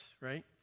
Right